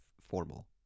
formal